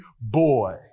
boy